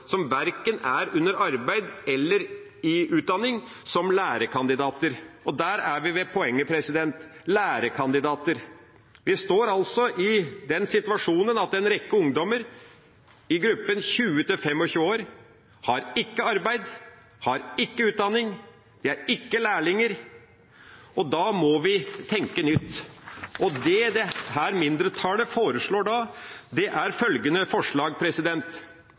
som verken er i arbeid eller under utdanning, som lærekandidater. Og der er vi ved poenget – lærekandidater. Vi står altså i den situasjonen at en rekke ungdommer i gruppen 20–25 år ikke har arbeid, de har ikke utdanning, de er ikke lærlinger, og da må vi tenke nytt. Dette mindretallet har da følgende forslag: